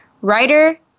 writer